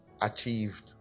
achieved